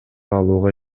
алууга